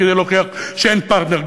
כדי להוכיח שאין פרטנר,